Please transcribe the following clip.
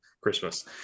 Christmas